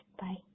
Bye